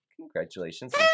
Congratulations